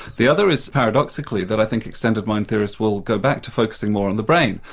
the other is paradoxically, that i think extended mind theorists will go back to focusing more on the brain.